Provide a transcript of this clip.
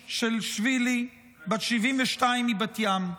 שמשילשווילי, בת 72, מבת ים,